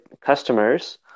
customers